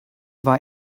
war